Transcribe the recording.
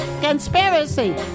conspiracy